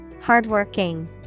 Hardworking